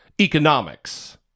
economics